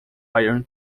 iron